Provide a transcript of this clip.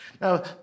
Now